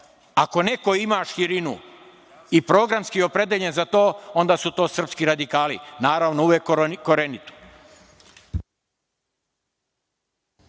neko ima širinu i programski je opredeljen za to, onda su to srpski radikali. Naravno, uvek korenito.